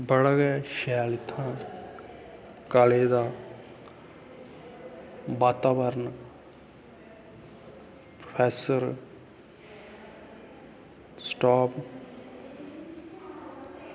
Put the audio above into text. बड़ा गै शैल इत्थें कालेज़ दा बाताबरन प्रौफैसर स्टॉफ